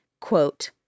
Quote